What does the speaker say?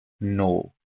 no